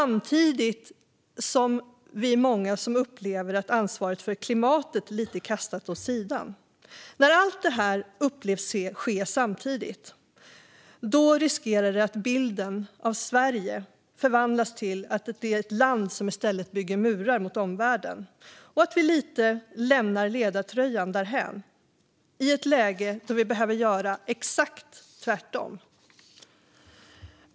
Vi är också många som upplever att ansvaret för klimatet kastas åt sidan. När allt detta sker samtidigt riskerar det att förvandla bilden av Sverige till att vi är ett land som i stället bygger murar mot omvärlden och att vi lämnar ledartröjan därhän i ett läge då vi behöver göra exakt tvärtom.